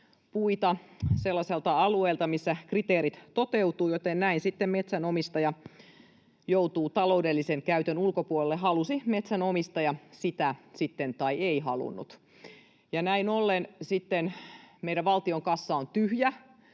puita sellaiselta alueelta, missä kriteerit toteutuvat, joten näin sitten metsänomistaja joutuu taloudellisen käytön ulkopuolelle, halusi metsänomistaja sitä sitten tai ei halunnut. Näin ollen meidän valtion kassa on tyhjä,